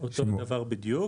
אותו דבר בדיוק.